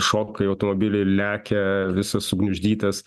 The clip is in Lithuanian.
šoka į automobilį lekia visas sugniuždytas